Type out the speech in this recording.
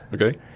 Okay